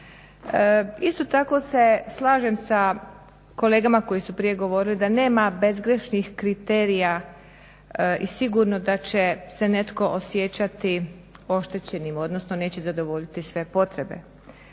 Isto tako se slažem sa kolegama koji su prije govorili da nema bezgrešnih kriterija i sigurno da će se netko osjećati oštećenim odnosno neće zadovoljiti sve potrebe.